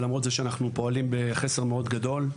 ולמרות זה שאנחנו פועלים בחסר מאוד גדול,